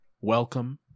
welcome